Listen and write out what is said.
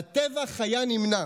הטבח היה נמנע.